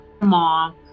mom